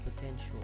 potential